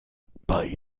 bei